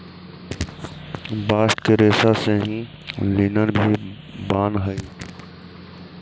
bast के रेसा से ही लिनन भी बानऽ हई